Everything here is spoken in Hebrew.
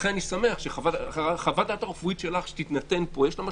לכן אני שמח שחוות הדעת הרפואית שלך שתינתן פה יש לה משמעות.